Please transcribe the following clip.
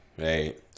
right